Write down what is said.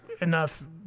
enough